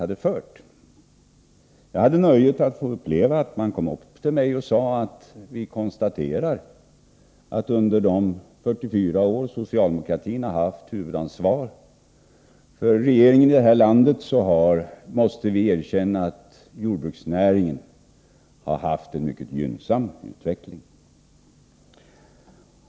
Det såg jag inte bara som ett uttryck för en uppskattning av vad jag hade försökt åstadkomma, utan det var en redovisning av LRF-ledningens inställning till den jordbrukspolitik som den socialdemokratiska regeringen hade fört under dessa år.